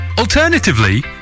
Alternatively